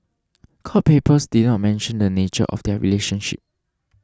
court papers did not mention the nature of their relationship